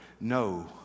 no